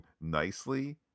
nicely